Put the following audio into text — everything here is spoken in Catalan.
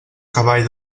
cavall